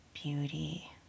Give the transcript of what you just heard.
Beauty